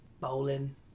bowling